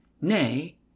Nay